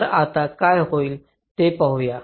तर आता काय होईल ते पाहूया